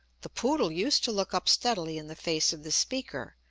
the poodle used to look up steadily in the face of the speaker,